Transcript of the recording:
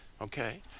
Okay